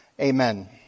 Amen